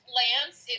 lance